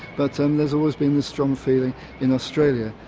but um there's always been the strong feeling in australia.